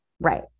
Right